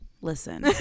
Listen